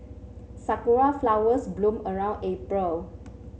sakura flowers bloom around April